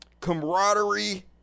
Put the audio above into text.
camaraderie